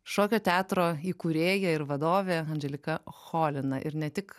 šokio teatro įkūrėja ir vadovė anželika cholina ir ne tik